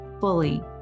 fully